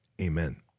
amen